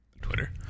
Twitter